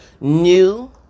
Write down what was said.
New